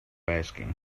asking